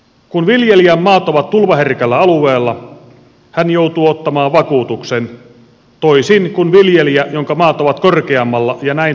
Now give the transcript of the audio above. kun viljelijän maat ovat tulvaherkällä alueella hän joutuu ottamaan vakuutuksen toisin kuin viljelijä jonka maat ovat korkeammalla ja näin tulvalta turvassa